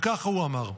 וככה הוא אמר: